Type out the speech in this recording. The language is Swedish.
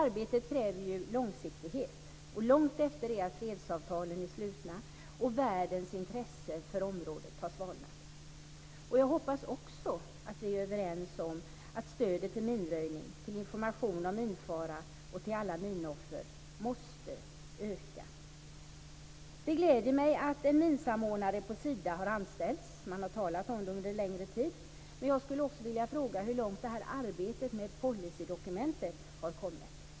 Det kräver ett långsiktigt arbete långt efter det att fredsavtalen är slutna och världens intresse för området har svalnat. Jag hoppas också att vi är överens om att stödet till minröjning, till information om minfara och till alla minoffer måste öka. Det gläder mig att en minsamordnare har anställts på Sida. Man har talat om det under en längre tid. Men hur långt har arbetet med policydokumentet kommit?